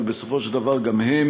אבל בסופו של דבר גם הם